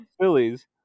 Phillies